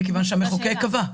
מכיוון שהמחוקק קבע.